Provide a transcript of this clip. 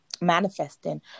manifesting